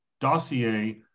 dossier